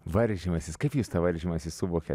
varžymasis kaip jūs tą varžymąsi suvokėt